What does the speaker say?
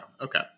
Okay